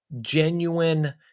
genuine